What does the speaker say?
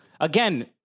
again